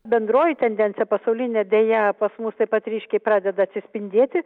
bendroji tendencija pasaulinė deja pas mus taip pat ryškiai pradeda atsispindėti